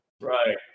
Right